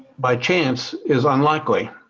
by chance is unlikely.